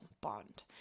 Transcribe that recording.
bond